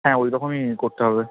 হ্যাঁ ওইরকমই করতে হবে